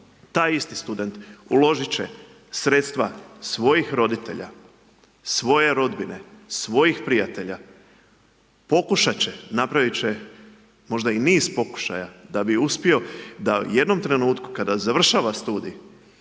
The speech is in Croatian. taj isti student, uložiti će sredstva svojih roditelja, svoje rodbine, svoje prijatelja, pokušati će napraviti će možda i niz pokušaja, da bi uspio, da jednom trenutku kada završava studij,